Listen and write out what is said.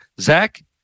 Zach